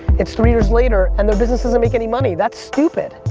it's three years later and their business doesn't make any money. that's stupid!